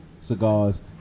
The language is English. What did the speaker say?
cigars